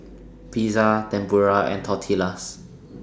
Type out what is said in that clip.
Pizza Tempura and Tortillas